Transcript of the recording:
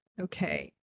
okay